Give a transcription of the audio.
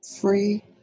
Free